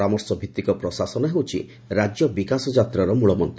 ପରାମର୍ଶଭଭଭଭିଭିକ ପ୍ରଶାସନ ହେଉଛି ରାଜ୍ୟ ବିକାଶ ଯାତ୍ରାର ମୂଳମନ୍ତ